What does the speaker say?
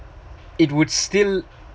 it would still